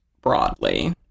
broadly